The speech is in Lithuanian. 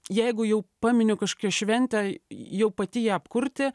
jeigu jau paminiu kažkokią šventę jau pati ją apkurti